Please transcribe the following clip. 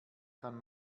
kann